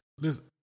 Listen